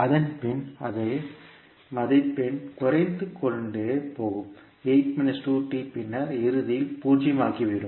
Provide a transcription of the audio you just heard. அதன்பின் அதை மதிப்பெண் குறைத்துக் கொள்ள பின்னர் இறுதியில் 0 ஆகிவிடும்